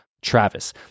Travis